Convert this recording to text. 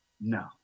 No